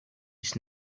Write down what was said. his